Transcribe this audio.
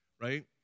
right